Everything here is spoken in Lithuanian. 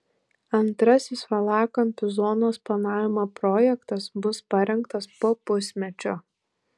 antrasis valakampių zonos planavimo projektas bus parengtas po pusmečio